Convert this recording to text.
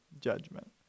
judgment